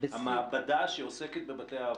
המעבדה שעוסקת בבתי האבות.